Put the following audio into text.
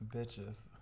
bitches